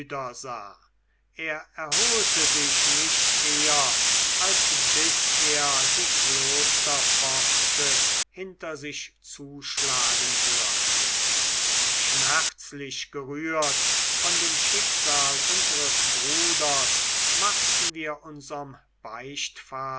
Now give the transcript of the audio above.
er erholte sich nicht eher als bis er die klosterpforte hinter sich zuschlagen hörte schmerzlich gerührt von dem schicksal unseres bruders machten wir unserm beichtvater